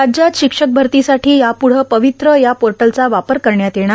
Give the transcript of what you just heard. राज्यात शिक्षक भरतीसाठी यापुढं पवित्र या पोर्टलचा वापर करण्यात येणार